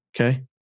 Okay